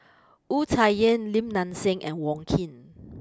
Wu Tsai Yen Lim Nang Seng and Wong Keen